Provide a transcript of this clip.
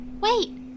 Wait